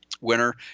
winner